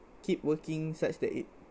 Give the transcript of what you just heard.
keep working such that it